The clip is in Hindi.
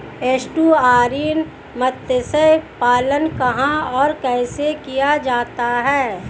एस्टुअरीन मत्स्य पालन कहां और कैसे किया जाता है?